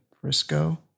Frisco